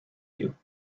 you